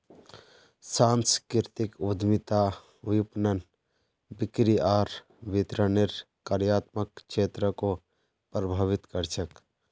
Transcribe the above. सांस्कृतिक उद्यमिता विपणन, बिक्री आर वितरनेर कार्यात्मक क्षेत्रको प्रभावित कर छेक